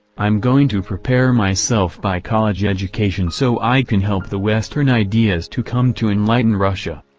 i'm going to prepare myself by college education so i can help the western ideas to come to enlighten russia.